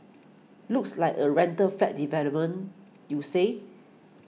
looks like a rental flat development you say